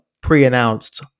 pre-announced